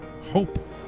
hope